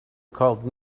called